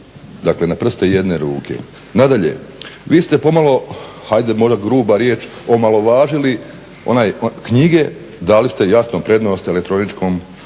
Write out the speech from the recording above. dakle na prste jedne ruke. Nadalje, vi ste pomalo hajde moja gruba riječ omalovažili knjige, dali ste jasno prednost elektroničkim